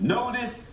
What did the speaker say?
Notice